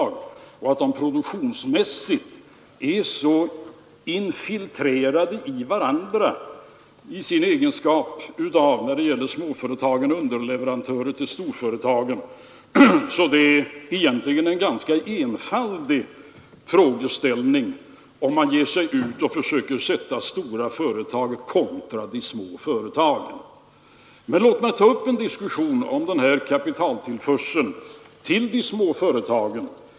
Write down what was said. Jag har sagt att de produktionsmässigt är så infiltrerade i varandra i de små företagens egenskap av underleverantörer till de stora företagen, att det egentligen är en ganska enfaldig frågeställning om man försöker sätta stora företag emot de små. Men låt mig ta upp en diskussion om kapitaltillförseln till de små företagen.